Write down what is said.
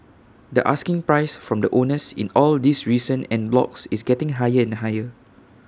the asking price from the owners in all these recent en blocs is getting higher and higher